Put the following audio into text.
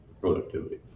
productivity